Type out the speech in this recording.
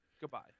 Goodbye